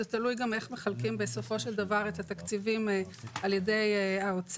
זה תלוי גם איך מחלקים בסופו של דבר את התקציבים על ידי האוצר.